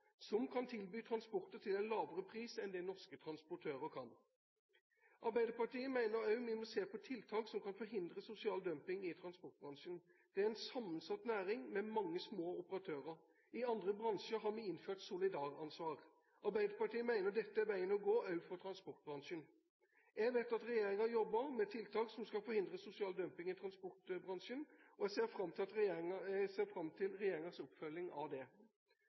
som kan tilby transporter til en lavere pris enn norske transportører kan. Arbeiderpartiet mener også at vi må se på tiltak som kan forhindre sosial dumping i transportbransjen. Det er en sammensatt næring med mange små operatører. I andre bransjer har vi innført solidaransvar. Arbeiderpartiet mener dette er veien å gå også for transportbransjen. Jeg vet at regjeringen jobber med tiltak som skal forhindre sosial dumping i transportbransjen, og jeg ser fram til regjeringens oppfølging av det.